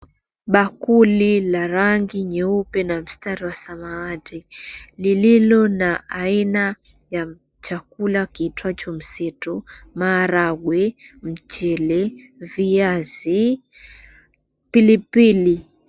Bakuli la rangi nyeupe na mstari wa samawati lililo na aina ya chakula kiitwacho mteso, maharagwe, mchele, viazi, pilipili.